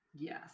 Yes